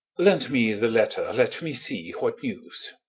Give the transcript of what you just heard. lend me the letter let me see what news.